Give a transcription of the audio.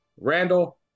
Randall